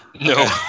No